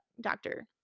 Doctor